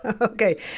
Okay